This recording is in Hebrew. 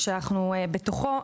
שאנחנו בתוכו,